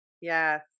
Yes